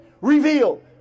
revealed